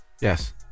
Yes